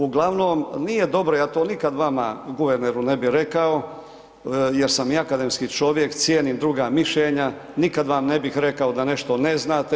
Uglavnom, nije dobro, ja to nikad vama guverneru rekao jer sam i akademski čovjek, cijenim druga mišljenja, nikad vam ne bih rekao da nešto ne znate.